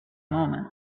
moment